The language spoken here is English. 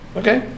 okay